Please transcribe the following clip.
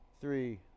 three